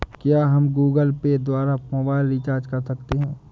क्या हम Google pay द्वारा मोबाइल रिचार्ज कर सकते हैं?